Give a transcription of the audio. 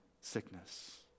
sickness